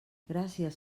gràcies